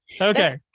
Okay